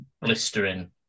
blistering